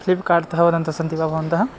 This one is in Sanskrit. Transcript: फ़्लिप्कार्ट्तः वदन्तः सन्ति वा भवन्तः